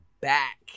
back